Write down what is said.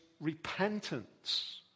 repentance